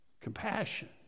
compassion